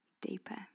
deeper